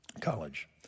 college